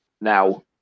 now